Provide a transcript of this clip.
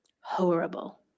horrible